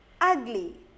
ugly